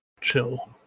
chill